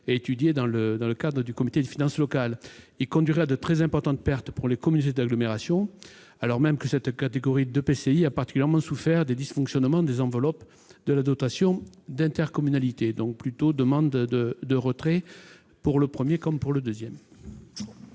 étudiée dans le cadre du comité des finances locales ; elle conduirait à de très importantes pertes pour les communautés d'agglomération, alors même que cette catégorie d'EPCI a particulièrement souffert des dysfonctionnements des enveloppes de la dotation d'intercommunalité. La commission demande donc aux auteurs de ces deux